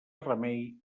remei